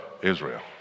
Israel